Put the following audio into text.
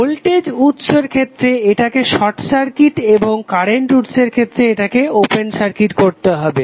voltage উৎসর ক্ষেত্রে এটাকে শর্ট সার্কিট এবং কারেন্ট উৎসর ক্ষেত্রে এটাকে ওপেন সার্কিট করতে হবে